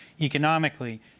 economically